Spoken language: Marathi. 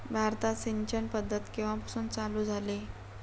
भारतात सिंचन पद्धत केवापासून चालू झाली?